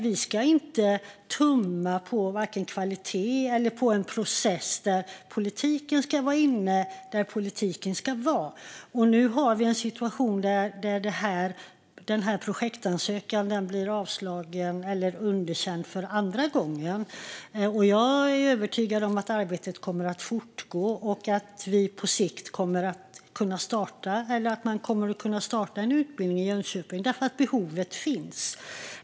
Vi ska inte tumma på vare sig kvalitet eller på en process där politiken ska vara inne på det den ska. Nu har vi en situation där denna projektansökan blir underkänd för andra gången. Jag är övertygad om att arbetet kommer att fortgå och att man på sikt kommer att kunna starta en utbildning i Jönköping därför att behovet finns.